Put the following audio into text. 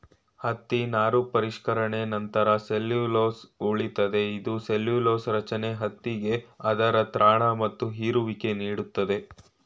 ಹತ್ತಿ ನಾರು ಪರಿಷ್ಕರಣೆ ನಂತ್ರ ಸೆಲ್ಲ್ಯುಲೊಸ್ ಉಳಿತದೆ ಈ ಸೆಲ್ಲ್ಯುಲೊಸ ರಚನೆ ಹತ್ತಿಗೆ ಅದರ ತ್ರಾಣ ಮತ್ತು ಹೀರುವಿಕೆ ನೀಡ್ತದೆ